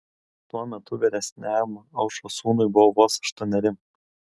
tuo metu vyresniajam aušros sūnui buvo vos aštuoneri